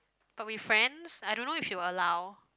but with friends I don't know if she will allow